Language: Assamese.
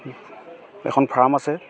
এখন ফাৰ্ম আছে